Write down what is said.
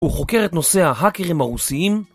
הוא חוקר את נושא ההאקרים הרוסיים